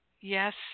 Yes